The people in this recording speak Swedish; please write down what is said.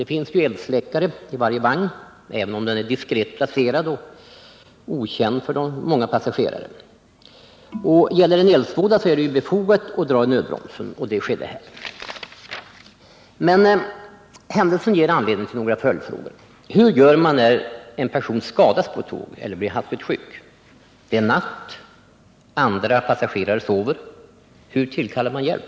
Det finns eldsläckare i varje vagn, även om den är diskret placerad och många passagerare inte känner till att den finns. Gäller det en eldsvåda är det befogat att dra i nödbromsen, och så skedde även här. Denna händelse ger emellertid anledning till några följdfrågor: Hur gör man när en person skadats på ett tåg eller blir hastigt sjuk? Det är natt, andra passagerare sover — hur tillkallar man hjälp?